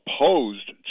opposed